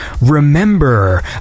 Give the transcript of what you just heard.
remember